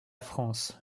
france